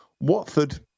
Watford